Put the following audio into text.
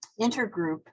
intergroup